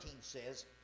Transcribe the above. says